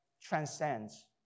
transcends